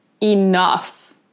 enough